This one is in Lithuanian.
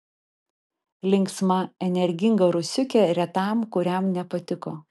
linksma energinga rusiukė retam kuriam nepatiko